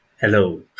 Hello